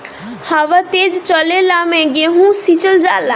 हवा तेज चलले मै गेहू सिचल जाला?